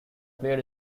player